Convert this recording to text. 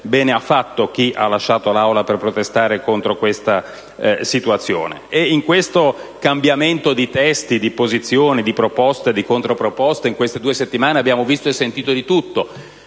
bene ha fatto chi ha lasciato l'Aula per protestare contro questa situazione. E in questo cambiamento di testi, di posizioni, di proposte e di controproposte, nel corso di queste due settimane abbiamo visto e sentito di tutto: